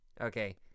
Okay